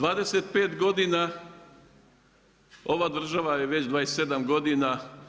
25 godina, ova država je već 27 godina.